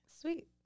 sweet